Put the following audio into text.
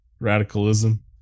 radicalism